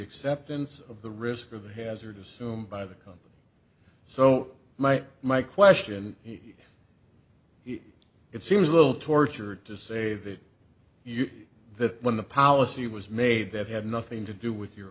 acceptance of the risk of a hazard assume by the company so might my question he it seems a little tortured to say that you that when the policy was made that had nothing to do with your